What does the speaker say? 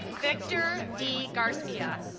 victor d garcia